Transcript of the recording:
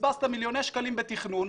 ביזבזת מיליוני שקלים בתכנון,